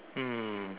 mm